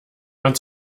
man